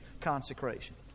consecration